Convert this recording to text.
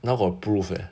now proof eh